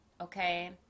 okay